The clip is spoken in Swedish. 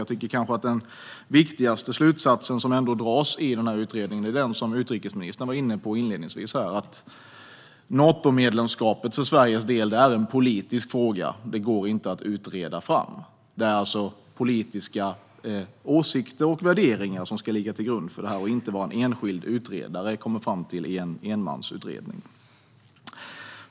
Jag tycker kanske att den viktigaste slutsats som dras i utredningen är den som utrikesministern var inne på inledningsvis: Natomedlemskap för Sveriges del är en politisk fråga; det går inte att utreda fram. Det är alltså politiska åsikter och värderingar som ska ligga till grund för detta och inte vad en enskild utredare kommer fram till i en enmansutredning.